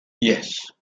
yes